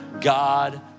God